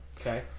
okay